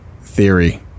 theory